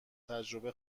تجربه